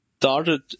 started